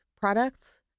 products